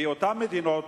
אותן מדינות